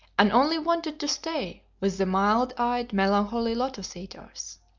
and only wanted to stay with the mild-eyed melancholy lotus-eaters.